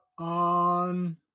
on